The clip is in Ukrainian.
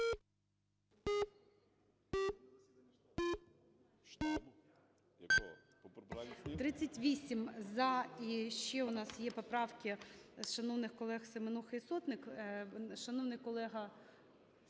За-38 І ще у нас є поправки шановних колег Семенухи і Сотник.